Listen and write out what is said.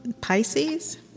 Pisces